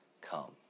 come